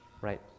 right